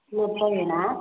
लखेलना